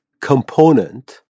component